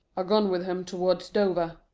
are gone with him towards dover,